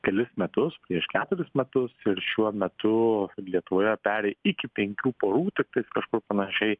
kelis metus prieš keturis metus ir šiuo metu lietuvoje peri iki penkių porų tiktais kažkur panašiai